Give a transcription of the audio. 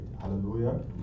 Hallelujah